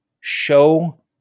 show